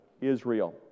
Israel